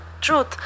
truth